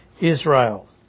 Israel